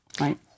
right